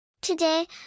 Today